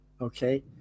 okay